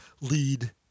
lead